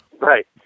Right